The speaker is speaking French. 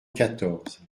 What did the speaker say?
quatorze